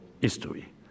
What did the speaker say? history